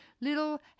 little